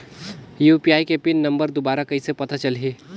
UPI के pin number दुबारा कइसे पता चलही?